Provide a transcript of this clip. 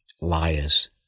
liars